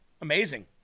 Amazing